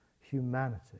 humanity